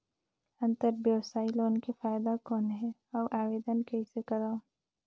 अंतरव्यवसायी लोन के फाइदा कौन हे? अउ आवेदन कइसे करव?